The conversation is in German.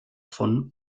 von